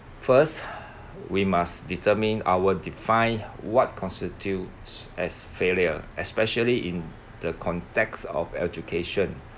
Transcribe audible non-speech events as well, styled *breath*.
first *breath* we must determine our define what constitutes as failure especially in the context of education